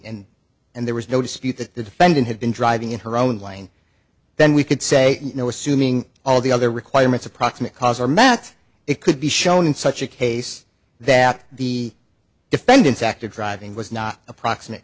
lane and there was no dispute that the defendant had been driving in her own lane then we could say no assuming all the other requirements of proximate cause are matt it could be shown in such a case that the defendant acted driving was not a proximate